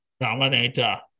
Dominator